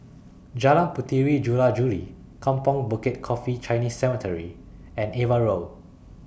Jalan Puteri Jula Juli Kampong Bukit Coffee Chinese Cemetery and AVA Road